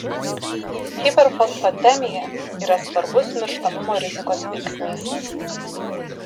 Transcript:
hiperfosfatemija yra svarbus mirštamumo rizikos veiksnys